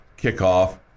kickoff